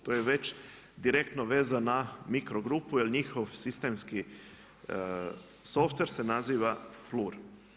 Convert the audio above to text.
To je već direktno vezan na mikro grupu jer njihov sistemski softver se naziva PLUR.